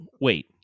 wait